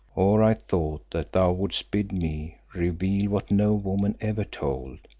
or i thought that thou wouldst bid me reveal what no woman ever told,